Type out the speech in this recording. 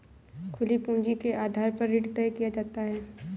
खुली पूंजी के आधार पर ऋण तय किया जाता है